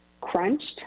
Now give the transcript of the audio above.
crunched